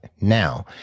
Now